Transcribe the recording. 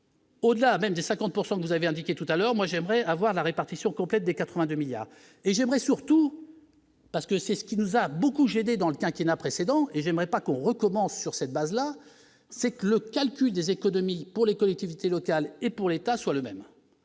Au-delà même de 50 pourcent vous vous avez indiqué tout à l'heure, moi j'aimerais avoir la répartition complète des 82 milliards et j'aimerais surtout parce que c'est ce qui nous a beaucoup gênés dans le quinquennat précédent et j'aimerais pas qu'on recommence sur cette base là, c'est que le calcul des économies pour les collectivités locales et pour l'État, soit le même